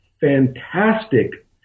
fantastic